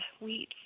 wheat